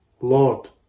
Lord